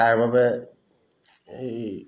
তাৰবাবে এই